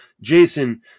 Jason